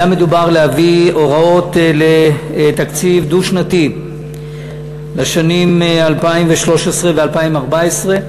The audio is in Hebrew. היה מדובר להביא הוראות לתקציב דו-שנתי לשנים 2013 ו-2014,